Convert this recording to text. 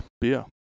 beer